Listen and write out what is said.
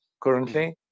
currently